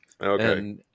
Okay